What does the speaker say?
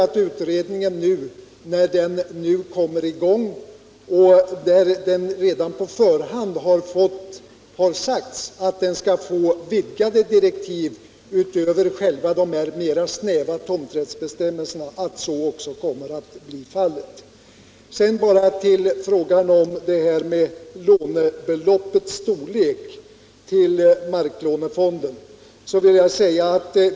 Det har ju redan på förhand sagts att utredningen skall få vidgade direktiv utöver de snäva tomträttsbestämmelserna, och jag förutsätter att så också kommer att bli fallet. Sedan vill jag ta upp frågan om lånebeloppets storlek i samband med markförvärvslånefonden.